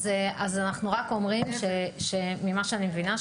אז אנחנו רק אומרים שממה שאני מבינה,